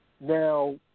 Now